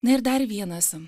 na ir dar vienas